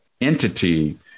entity